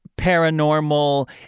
paranormal